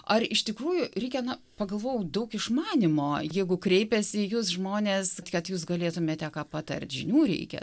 ar iš tikrųjų reikia na pagalvojau daug išmanymo jeigu kreipiasi į jus žmones kad jūs galėtumėte ką patart žinių reikia